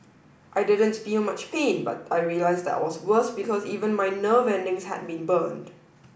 I didn't feel much pain but I realised that was worse because even my nerve endings had been burned